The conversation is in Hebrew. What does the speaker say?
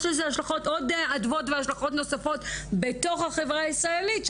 יש לזה עוד אדוות והשלכות נוספות בתוך החברה הישראלית,